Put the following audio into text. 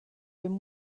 been